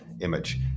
image